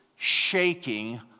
shaking